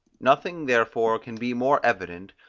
nothing therefore can be more evident,